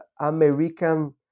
American